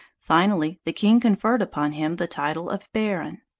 finally, the king conferred upon him the title of baron.